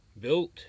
built